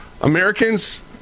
Americans